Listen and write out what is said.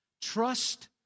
trust